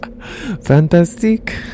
Fantastic